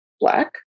black